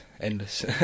endless